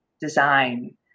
design